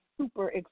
super